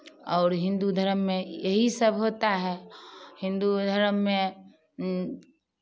और हिन्दू धर्म में यही सब होता है हिन्दू धर्म में